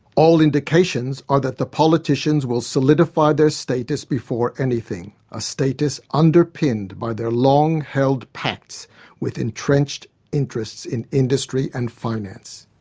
all indications are that the politicians will solidify their status before anything, a status underpinned by their long held pacts with entrenched interests in industry and finance.